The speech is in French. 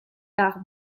par